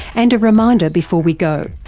and a reminder before we go,